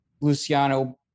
Luciano